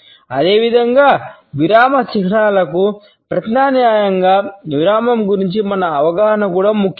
అదేవిధంగా విరామ చిహ్నాలకు ప్రత్యామ్నాయంగా విరామం గురించి మన అవగాహన కూడా ముఖ్యం